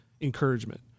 encouragement